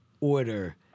order